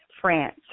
France